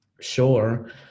sure